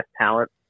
talent